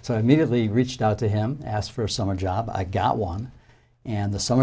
so i immediately reached out to him asked for a summer job i got one and the summer